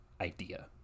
idea